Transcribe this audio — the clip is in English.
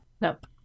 Nope